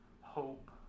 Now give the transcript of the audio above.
hope